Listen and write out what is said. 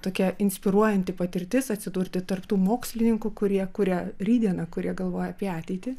tokia inspiruojanti patirtis atsidurti tarp tų mokslininkų kurie kuria rytdieną kurie galvoja apie ateitį